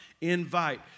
Invite